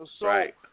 Right